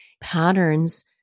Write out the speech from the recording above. patterns